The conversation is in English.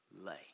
lay